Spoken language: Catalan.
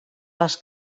les